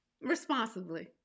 responsibly